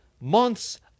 months